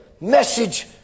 message